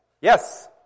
Yes